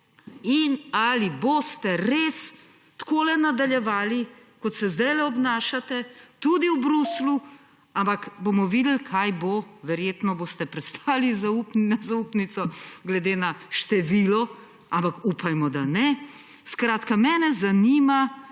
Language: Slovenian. in ali boste res takole nadaljevali, kot se zdajle obnašate, tudi v Bruslju, ampak bomo videli, kaj bo. Verjetno boste prestali nezaupnico glede na število, ampak upajmo, da ne. Skratka, mene zanima: